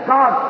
God